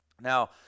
Now